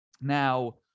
Now